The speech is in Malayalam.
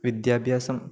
വിദ്യാഭ്യാസം